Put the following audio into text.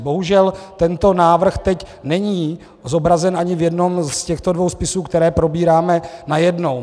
Bohužel tento návrh teď není zobrazen ani v jednom z těchto dvou spisů, které probíráme, najednou.